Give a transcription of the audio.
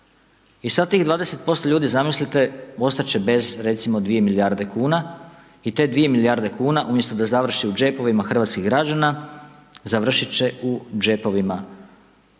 I sada tih 20% ljudi, zamislite, ostati će bez recimo 2 milijarde kn, i te 2 milijarde kn umjesto da završi u džepovima hrvatskih građana, završiti će u džepovima bankara,